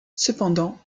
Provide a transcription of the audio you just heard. cependant